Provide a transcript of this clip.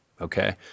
Okay